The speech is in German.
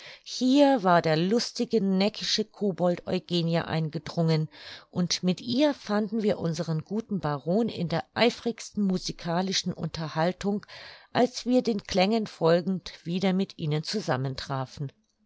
hier war der lustige neckische kobold eugenie eingedrungen und mit ihr fanden wir unseren guten baron in der eifrigsten musikalischen unterhaltung als wir den klängen folgend wieder mit ihnen zusammen trafen